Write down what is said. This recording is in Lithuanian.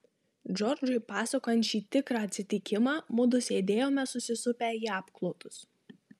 džordžui pasakojant šį tikrą atsitikimą mudu sėdėjome susisupę į apklotus